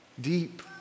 deep